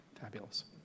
fabulous